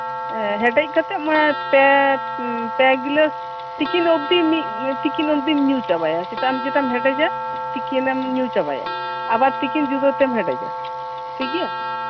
ᱦᱮᱸ ᱦᱮᱰᱮᱡ ᱠᱟᱛᱮᱜ ᱯᱮ ᱜᱤᱞᱟᱹᱥ ᱛᱤᱠᱤᱱ ᱚᱵᱫᱤ ᱛᱤᱠᱤᱱ ᱚᱵᱫᱤ ᱧᱩ ᱪᱟᱵᱟᱭᱟ ᱥᱮᱛᱟᱜ ᱥᱮᱛᱟᱜ ᱦᱮᱰᱮᱡᱟᱢ ᱟᱨ ᱛᱤᱠᱤᱱ ᱮᱢ ᱧᱩ ᱪᱟᱵᱟᱭᱟ ᱟᱵᱟᱨ ᱛᱤᱠᱤᱱ ᱡᱩᱫᱟᱹ ᱛᱮᱢ ᱦᱮᱰᱮᱡᱟ ᱴᱷᱤᱠ ᱜᱮᱭᱟ